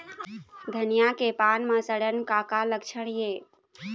धनिया के पान म सड़न के का लक्षण ये?